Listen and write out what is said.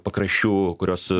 pakraščių kurios